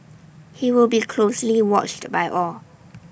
he will be closely watched by all